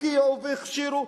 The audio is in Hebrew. הפקיעו והכשירו,